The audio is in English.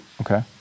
Okay